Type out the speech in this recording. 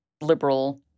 liberal